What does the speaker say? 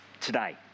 today